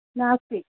नास्ति